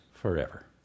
forever